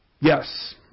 Yes